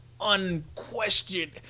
unquestioned